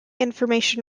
information